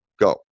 go